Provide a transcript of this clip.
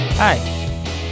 Hi